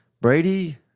Brady